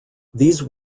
these